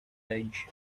age